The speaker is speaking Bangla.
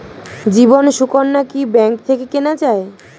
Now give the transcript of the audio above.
জীবন সুকন্যা কি ব্যাংক থেকে কেনা যায়?